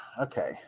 Okay